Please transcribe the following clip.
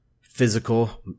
physical